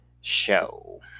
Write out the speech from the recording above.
show